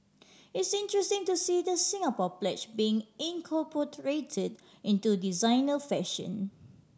it's interesting to see the Singapore Pledge being incorporated into designer fashion